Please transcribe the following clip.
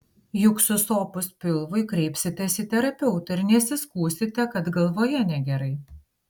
juk susopus pilvui kreipsitės į terapeutą ir nesiskųsite kad galvoje negerai